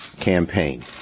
campaign